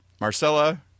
Marcella